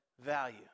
value